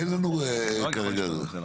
אין לנו כרגע זה.